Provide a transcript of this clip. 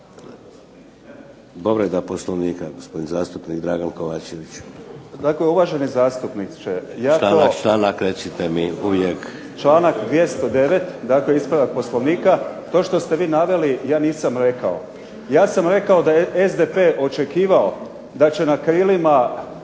Povreda Poslovnika, gospodin zastupnik Dragan Kovačević. **Kovačević, Dragan (HDZ)** Dakle, uvaženi zastupniče. .../Upadica Šeks: Članak, članak recite mi uvijek./... Članak 209. dakle ispravak Poslovnika. To što ste vi naveli ja nisam rekao. Ja sam rekao da je SDP očekivao da će na krilima